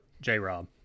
J-Rob